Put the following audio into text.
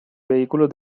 vehículos